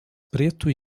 preto